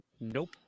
Nope